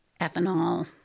ethanol